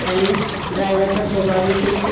आणि ड्रायवरचा स्वभावदेखील खूप